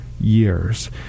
years